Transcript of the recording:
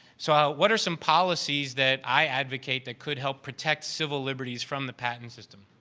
so, what are some policies that i advocate that could help protect civil liberties from the patent system.